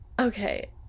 Okay